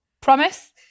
Promise